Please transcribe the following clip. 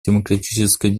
демократической